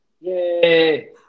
Yay